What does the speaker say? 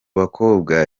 bakobwa